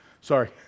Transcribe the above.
Sorry